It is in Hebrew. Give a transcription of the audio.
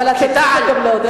אבל, לעודד אותן.